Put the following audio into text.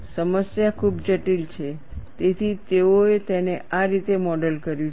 સમસ્યા ખૂબ જટિલ છે તેથી તેઓએ તેને આ રીતે મોડલ કર્યું છે